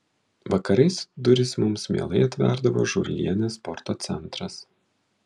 vakarais duris mums mielai atverdavo žiurlienės sporto centras